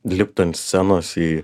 lipt ant scenos į